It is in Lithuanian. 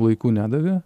laiku nedavė